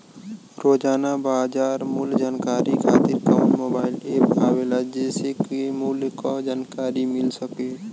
रोजाना बाजार मूल्य जानकारी खातीर कवन मोबाइल ऐप आवेला जेसे के मूल्य क जानकारी मिल सके?